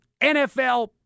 NFL